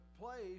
place